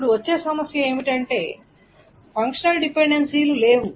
ఇప్పుడు వచ్చే సమస్య ఏమిటంటే ఫంక్షనల్ డిపెండెన్సీలు లేవు